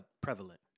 prevalent